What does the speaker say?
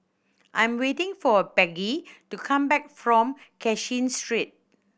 I'm waiting for Becky to come back from Cashin Street